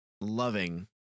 loving